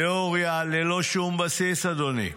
תיאוריה ללא שום בסיס, אדוני,